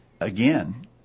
again